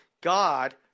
God